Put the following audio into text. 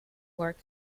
work